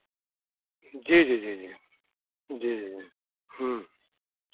जी जी जी जी जी जी ह्म्म